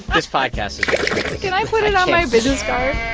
this podcast is ridiculous can i put it on my business card?